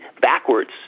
backwards